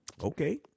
Okay